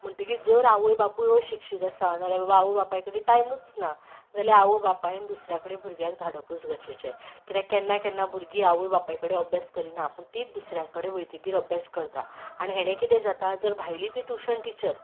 म्हणटगीर जर आवय बापूय अशिक्षीत आसा नाजाल्यार बाबा आवय बापाय कडेन टायमूच ना जाल्या आवय बापायन दुसऱ्या कडेन भुरग्याक धाडपूच गरजेचें कित्याक केन्ना केन्ना भुरगीं आवय बापाय कडेन अभ्यास करिनात पूण तींच दुसऱ्या कडेन वयतगीर अभ्यास करतात आनी हेणें कितें जाता जर भायलीं ती ट्युशन टिचर